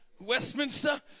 Westminster